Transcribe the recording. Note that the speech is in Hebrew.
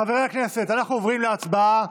חברי הכנסת, אנחנו עוברים להצבעה.